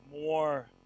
more